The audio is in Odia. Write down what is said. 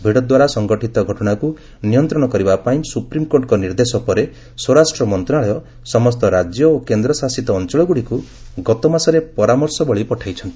ଭିଡଦ୍ୱାରା ସଂଗଠିତ ଘଟଣାକୃ ନିୟନ୍ତ୍ରଣ କରିବା ପାଇଁ ସୁପ୍ରିମକୋର୍ଟଙ୍କ ନିର୍ଦ୍ଦେଶ ପରେ ସ୍ୱରାଷ୍ଟ୍ରମନ୍ତ୍ରଣାଳୟ ସମସ୍ତ ରାଜ୍ୟ ଓ କେନ୍ଦ୍ର ଶାସିତ ଅଞ୍ଚଳଗ୍ରଡିକ୍ ଗତ ମାସରେ ପରାମର୍ଶବଳୀ ପଠାଇଛନ୍ତି